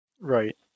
Right